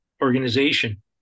organization